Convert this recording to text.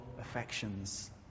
affections